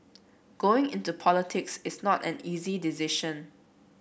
going into politics is not an easy decision